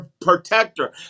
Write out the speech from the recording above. protector